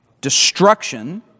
destruction